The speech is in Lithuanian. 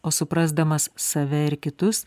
o suprasdamas save ir kitus